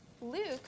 Luke